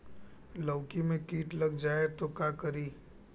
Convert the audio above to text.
लौकी मे किट लग जाए तो का करी?